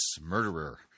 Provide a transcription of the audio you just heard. murderer